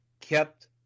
kept